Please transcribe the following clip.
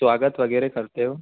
स्वागत वगैरह करते हो